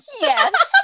Yes